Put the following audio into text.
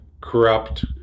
corrupt